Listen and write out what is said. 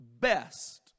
best